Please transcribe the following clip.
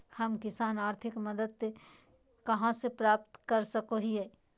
हम किसान आर्थिक मदत कहा से प्राप्त कर सको हियय?